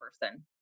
person